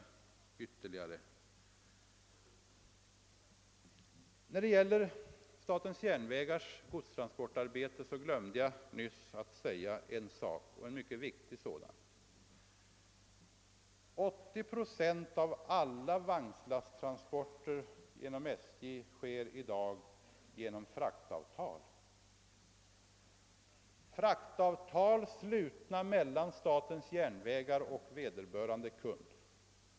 I fråga om SJ:s godstransportarbete glömde jag nyss en mycket väsentlig sak. 80 procent av alla vagnslasttransporter inom SJ sker i dag på basis av fraktavtal, slutna mellan SJ och vederbörande kund.